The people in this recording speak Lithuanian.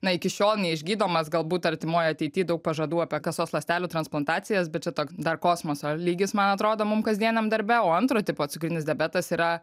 na iki šiol neišgydomas galbūt artimoj ateity daug pažadų apie kasos ląstelių transplantacijas bet čia toks dar kosmoso lygis man atrodo mum kasdieniam darbe o antro tipo cukrinis diabetas yra